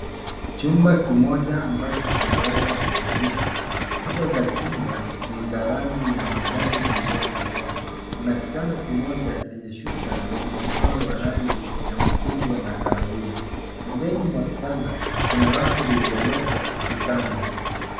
Chumba kimoja ambacho kinaweza kukodishwa. Kuta za chumba ni za rangi ya manjano iliyokolea. Kuna kitanda kimoja chenye shuka zenye mchoro wa rangi ya machungwa na kahawia. Pembeni mwa kitanda kuna rafu zilizowekwa ukutani.